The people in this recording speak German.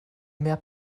mehr